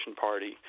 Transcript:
party